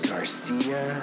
Garcia